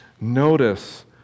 Notice